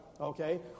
okay